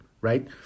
right